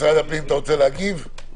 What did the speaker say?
משרד הפנים, רוצה להגיב?